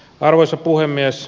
arvoisa puhemies